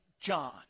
John